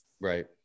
Right